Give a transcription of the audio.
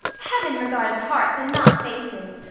heaven regards hearts and not faces,